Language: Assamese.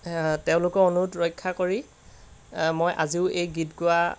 তেওঁলোকৰ অনুৰোধ ৰক্ষা কৰি মই আজিও এই গীত গোৱা